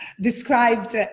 described